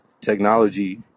technology